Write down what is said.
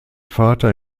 vater